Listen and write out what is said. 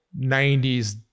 90s